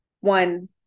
one